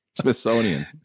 Smithsonian